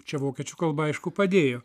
čia vokiečių kalba aišku padėjo